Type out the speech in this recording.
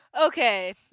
okay